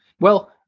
well,